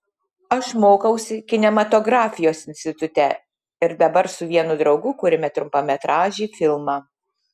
aš mokausi kinematografijos institute ir dabar su vienu draugu kuriame trumpametražį filmą